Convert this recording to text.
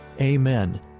amen